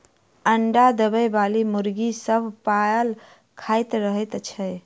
अंडा देबयबाली मुर्गी सभ पाल खाइत रहैत छै